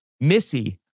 Missy